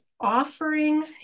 offering